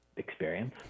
experience